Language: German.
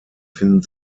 finden